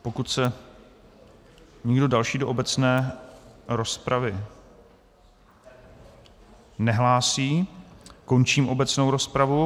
Pokud se nikdo další do obecné rozpravy nehlásí, končím obecnou rozpravu.